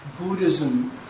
Buddhism